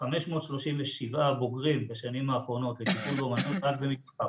537 בוגרים בשנים האחרונות לטיפול באמנויות רק במבח"ר.